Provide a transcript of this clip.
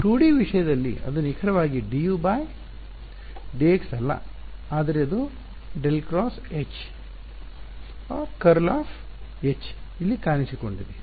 2ಡಿ ವಿಷಯದಲ್ಲಿ ಅದು ನಿಖರವಾಗಿ dudx ಅಲ್ಲ ಆದರೆ ಅದು ∇× H ∇× H ಇಲ್ಲಿ ಕಾಣಿಸಿಕೊಂಡಿದೆ